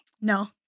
No